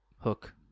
Hook